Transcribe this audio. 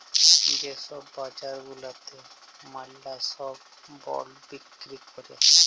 যে ছব বাজার গুলাতে ম্যালা ছব বল্ড বিক্কিরি ক্যরে